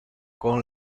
con